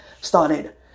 started